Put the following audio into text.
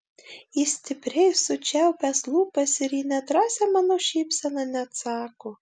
jis stipriai sučiaupęs lūpas ir į nedrąsią mano šypseną neatsako